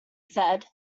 said